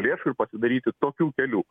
lėšų ir pasidaryti tokių kelių